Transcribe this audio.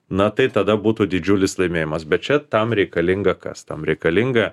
na tai tada būtų didžiulis laimėjimas bet čia tam reikalinga kas tam reikalinga